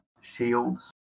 shields